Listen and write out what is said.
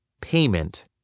payment